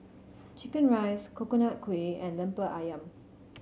Chicken Rice Coconut Kuih and Lemper Ayam